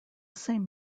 same